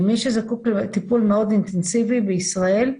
מי שזקוק לטיפול מאוד אינטנסיבי בישראל,